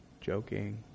Joking